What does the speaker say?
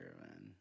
man